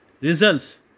results